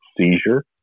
seizure